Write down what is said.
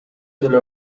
деле